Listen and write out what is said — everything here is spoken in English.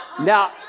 Now